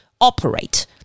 operate